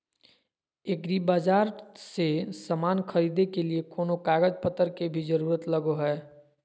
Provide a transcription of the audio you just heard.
एग्रीबाजार से समान खरीदे के लिए कोनो कागज पतर के भी जरूरत लगो है?